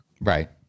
Right